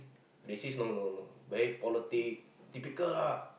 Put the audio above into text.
racist no no no very politic typical lah